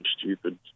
stupid